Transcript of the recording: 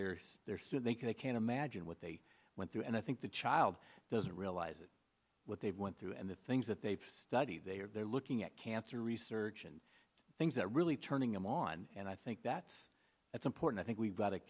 they're there so they can i can imagine what they went through and i think the child doesn't realize that what they went through and the things that they study they are they're looking at cancer research and things that really turning them on and i think that that's important i think we've got to